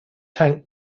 tank